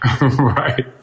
Right